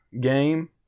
game